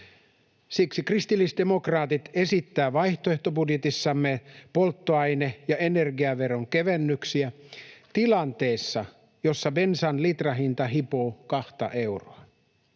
Siksi kristillisdemokraatit esittävät vaihtoehtobudjetissaan polttoaine‑ ja energiaveron kevennyksiä tilanteessa, jossa bensan litrahinta hipoo 2:ta euroa.